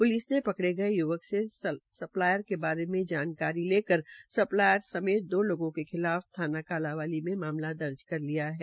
police ने पकड़े गये य्वक से सप्लायर के बारे जानकारी ले कर सप्लायर समेत दो लोगों के खिलाफ थाना कालांवाली में मामला दर्ज किया है